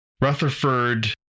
Rutherford